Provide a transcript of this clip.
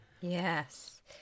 Yes